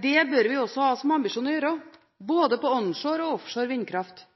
Det bør vi også ha som ambisjon å gjøre på både onshore og offshore vindkraft,